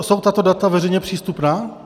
Jsou tato data veřejně přístupná?